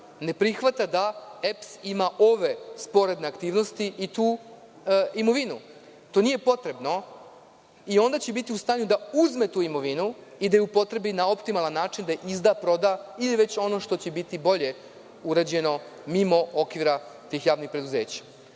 ne prihvata da EPS ima ove sporedne aktivnosti i tu imovinu, to nije potrebno, onda će biti u stanju da uzme tu imovinu i da je upotrebi na optimalan način, izda, proda ili ono što će biti bolje urađeno mimo okvira tih javnih preduzeća. Sa